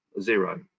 zero